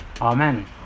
Amen